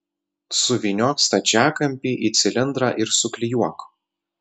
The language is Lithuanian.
suvyniok stačiakampį į cilindrą ir suklijuok